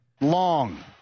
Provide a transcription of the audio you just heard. Long